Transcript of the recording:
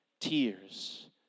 tears